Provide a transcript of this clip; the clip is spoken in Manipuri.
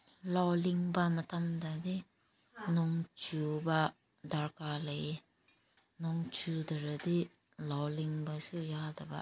ꯂꯧ ꯂꯤꯡꯕ ꯃꯇꯝꯗꯗꯤ ꯅꯣꯡꯆꯨꯕ ꯗꯔꯀꯥꯔ ꯂꯩꯌꯦ ꯅꯣꯡ ꯆꯨꯗ꯭ꯔꯗꯤ ꯂꯧ ꯂꯤꯡꯕꯁꯨ ꯌꯥꯗꯕ